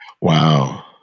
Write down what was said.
wow